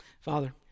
Father